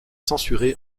censuré